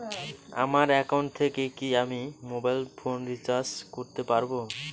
আমার একাউন্ট থেকে কি আমি মোবাইল ফোন রিসার্চ করতে পারবো?